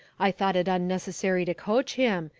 i thought it unnecessary to coach him.